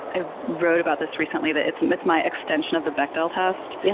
i wrote about this recently, that it's um it's my extension of the bechdel test. yeah